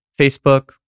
Facebook